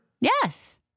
Yes